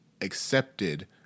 accepted